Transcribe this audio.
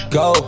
go